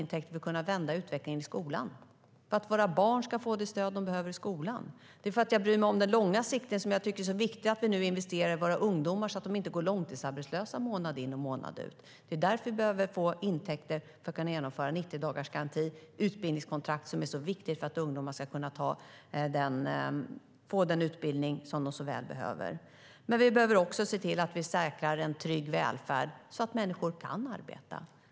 Vi behöver dem för att kunna vända utvecklingen i skolan, för att våra barn ska få det stöd de behöver i skolan. Det är för att jag bryr mig om den långa sikten som jag tycker att det är viktigt att vi investerar i våra ungdomar så att de inte går långtidsarbetslösa, månad in och månad ut. Vi behöver få intäkter för att kunna genomföra en 90-dagarsgaranti, utbildningskontrakt. Det är viktigt för att ungdomar ska kunna få den utbildning de så väl behöver. Men vi behöver också se till att vi säkrar en trygg välfärd så att människor kan arbeta.